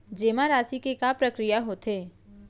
जेमा राशि के का प्रक्रिया होथे?